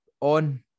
on